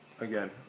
again